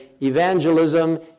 evangelism